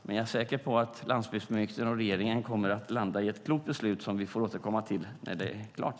Men jag är säker på att landsbygdsministern och regeringen kommer att landa i ett klokt beslut som vi får återkomma till när det är klart.